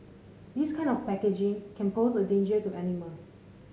this kind of packaging can pose a danger to animals